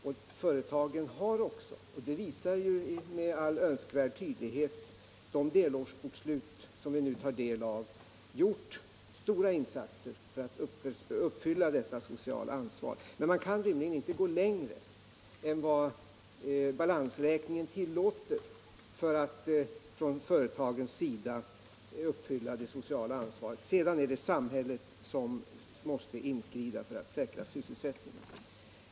Och företagen har — det visar ju med all önskvärd tydlighet de delårsbokslut som vi nu tar del av — gjort stora insatser för att uppfylla detta sociala ansvar. Men företagen kan rimligen inte gå längre än vad balansräkningen tillåter för att uppfylla det sociala ansvaret. Sedan är det samhället som måste inskrida för att säkra sysselsättningen.